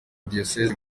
diyosezi